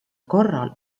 korral